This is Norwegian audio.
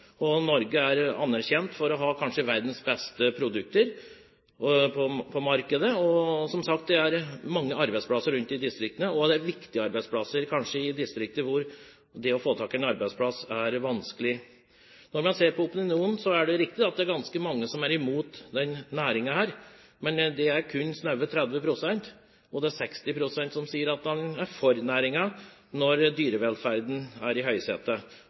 er, som sagt, mange og viktige arbeidsplasser rundt omkring i distriktene, hvor det å få tak i en arbeidsplass kanskje er vanskelig. Når man ser på opinionen, er det riktig at det er ganske mange som er imot denne næringen, men det er kun snaue 30 pst. 60 pst. sier at man er for næringen når dyrevelferden er i